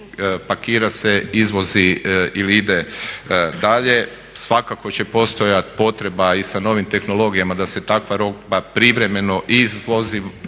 pakira se, izvozi ili ide dalje. Svakako će postojat potreba i sa novim tehnologijama da se takva roba privremeno iznosi